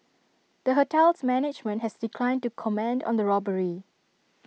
the hotel's management has declined to comment on the robbery